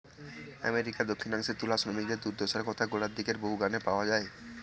আমেরিকার দক্ষিনাংশে তুলা শ্রমিকদের দূর্দশার কথা গোড়ার দিকের বহু গানে পাওয়া যায়